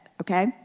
Okay